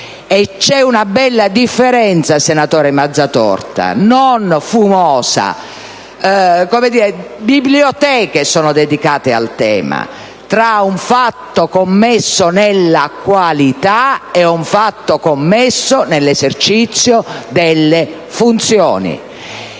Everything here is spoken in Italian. Esiste una bella differenza, senatore Mazzatorta, non fumosa - biblioteche sono dedicate al tema - fra un fatto commesso nella qualità e un fatto commesso nell'esercizio delle funzioni.